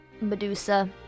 Medusa